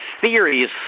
theories